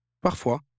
Parfois